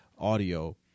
audio